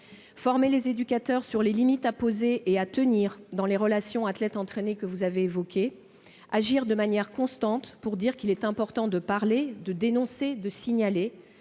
former les éducateurs sur les limites à poser et à tenir dans les relations entre les entraîneurs et les personnes entraînées que vous avez évoquées ; d'agir de manière constante pour dire qu'il est important de parler, de dénoncer et de signaler.